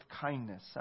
kindness